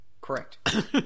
Correct